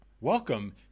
Welcome